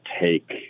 take